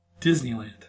Disneyland